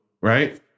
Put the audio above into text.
Right